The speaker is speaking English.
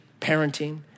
parenting